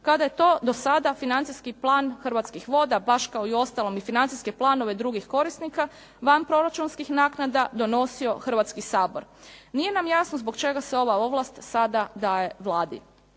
kada je to do sada financijski plan Hrvatski voda, baš kao i uostalom i financijske planove drugih korisnika, vanproračunskih naknada donosio Hrvatski sabor. Nije nam jasno zbog čega se ova ovlast sada daje Vladi.